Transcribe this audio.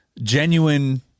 genuine